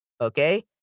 okay